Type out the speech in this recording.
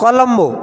Colombo